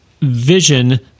vision